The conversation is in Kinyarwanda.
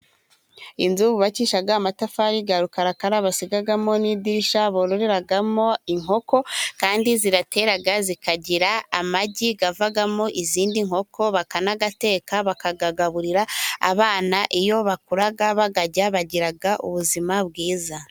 Inzu bubakisha amatafari ya rukarakara basigamo n' idirisha bororeramo inkoko kandi ziratera, zikagira amagi, avamo izindi nkoko bakanayateka bakayagaburira abana iyo bakura bayarya bagira ubuzima bwiza.